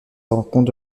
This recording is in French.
rencontre